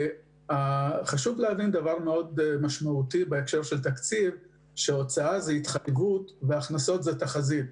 חשוב להבין בהקשר של תקציב שהוצאה זה --- והכנסות זה תחזית.